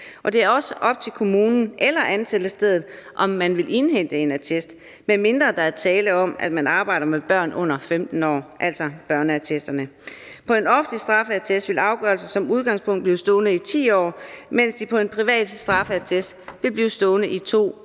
Det er også op til kommunen eller ansættelsesstedet, om man vil indhente en attest, medmindre der er tale om, at man arbejder med børn under 15 år, altså børneattesterne. På en offentlig straffeattest vil afgørelser som udgangspunkt blive stående i 10 år, mens de på en privat straffeattest vil blive stående i 2,